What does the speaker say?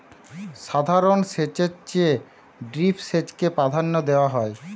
সাধারণ সেচের চেয়ে ড্রিপ সেচকে প্রাধান্য দেওয়া হয়